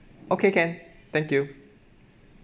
okay can thank you